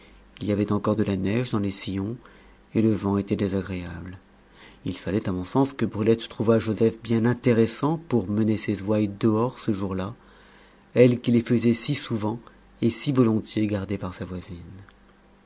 il y avait encore de la neige dans les sillons et le vent était désagréable il fallait à mon sens que brulette trouvât joseph bien intéressant pour mener ses ouailles dehors ce jour-là elle qui les faisait si souvent et si volontiers garder par sa voisine